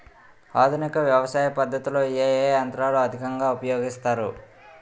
ఆధునిక వ్యవసయ పద్ధతిలో ఏ ఏ యంత్రాలు అధికంగా ఉపయోగిస్తారు?